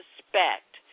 suspect